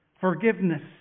Forgiveness